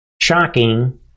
shocking